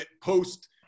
post